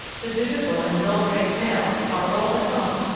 the dutiful and well-trained males are all at home,